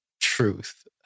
truth